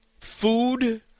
food